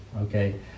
okay